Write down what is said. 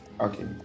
Okay